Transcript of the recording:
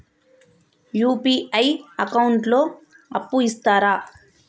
UPI account లో అప్పు ఇస్తరా?